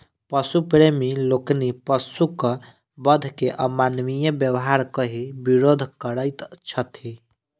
पशु प्रेमी लोकनि पशुक वध के अमानवीय व्यवहार कहि विरोध करैत छथि